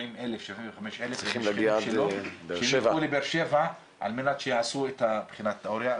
75,000 צריכים להגיע עד לבאר שבע על מנת לעשות את בחינת התיאוריה.